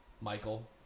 Michael